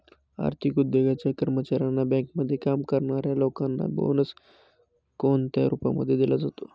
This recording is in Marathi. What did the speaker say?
आर्थिक उद्योगाच्या कर्मचाऱ्यांना, बँकेमध्ये काम करणाऱ्या लोकांना बोनस कोणत्या रूपामध्ये दिला जातो?